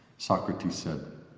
socrates said.